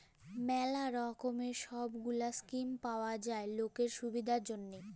ম্যালা রকমের সব গুলা স্কিম পাওয়া যায় লকের সুবিধার জনহ